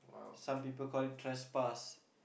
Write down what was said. some people call it trespass